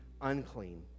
unclean